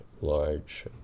large